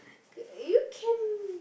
you can